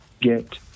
get